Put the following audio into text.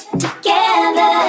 together